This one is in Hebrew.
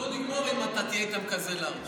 אנחנו לא נגמור אם אתה תהיה איתם כזה לארג'.